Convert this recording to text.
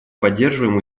поддерживаем